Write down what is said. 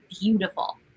beautiful